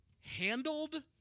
handled